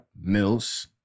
Mills